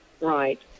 Right